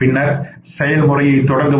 பின்னர் செயல்முறையைத் தொடங்கவும்